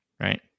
Right